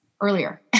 earlier